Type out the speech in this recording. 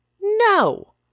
No